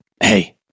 Hey